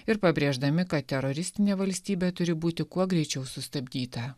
ir pabrėždami kad teroristinė valstybė turi būti kuo greičiau sustabdyta